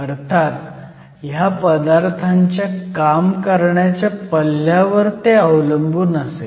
अर्थात ह्या पदार्थांच्या काम करण्याच्या पल्ल्यावर ते अवलंबून असेल